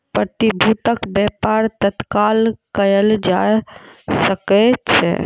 प्रतिभूतिक व्यापार तत्काल कएल जा सकै छै